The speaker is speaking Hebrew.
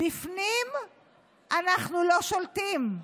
בפנים אנחנו לא שולטים,